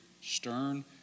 stern